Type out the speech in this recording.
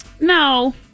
No